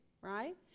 right